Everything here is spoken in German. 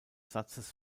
satzes